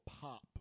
pop